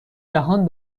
دهان